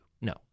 No